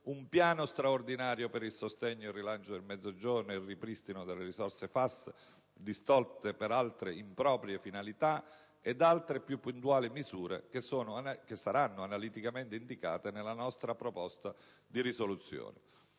un piano straordinario per il sostegno e il rilancio del Mezzogiorno e il ripristino delle risorse FAS distolte per altre improprie finalità, ed altre più puntuali misure che saranno analiticamente indicate nella nostra proposta di risoluzione.